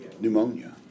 pneumonia